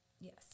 yes